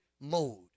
mode